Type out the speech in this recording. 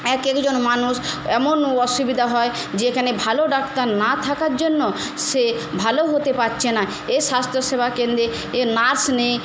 এক এক জন মানুষ এমন অসুবিধা হয় যেখানে ভালো ডাক্তার না থাকার জন্য সে ভালো হতে পারছে না এ স্বাস্থ্যসেবা কেন্দ্রে এ নার্স নেই